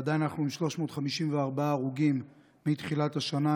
ועדיין אנחנו עם 354 הרוגים מתחילת השנה,